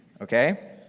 okay